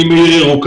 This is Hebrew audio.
אם היא עיר ירוקה,